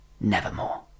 nevermore